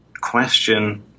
question